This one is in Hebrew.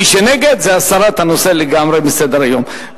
מי שנגד זה הסרת הנושא לגמרי מסדר-היום.